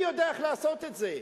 אני יודע איך לעשות את זה.